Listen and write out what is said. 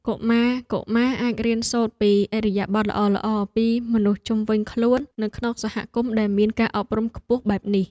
កុមារៗអាចរៀនសូត្រពីឥរិយាបថល្អៗពីមនុស្សជុំវិញខ្លួននៅក្នុងសហគមន៍ដែលមានការអប់រំខ្ពស់បែបនេះ។